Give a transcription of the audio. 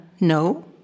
No